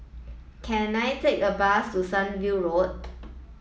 can I take a bus to Sunview Road